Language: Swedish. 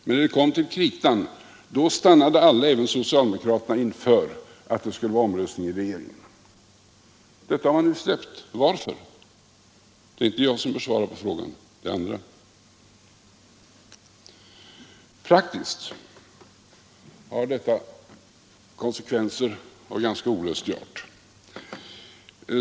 Men när det kom till kritan stannade alla, även socialdemokraterna, inför att det skulle vara omröstning i regeringen. Detta har ni släppt. Varför? Det är inte jag som bör svara på frågan, det är andra. Praktiskt har detta konsekvenser av ganska olustig art.